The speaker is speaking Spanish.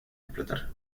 explotar